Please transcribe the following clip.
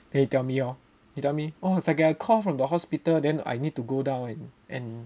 then he tell me hor he tell me oh if I get a call from the hospital then I need to go down and